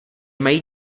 mají